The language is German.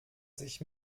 sich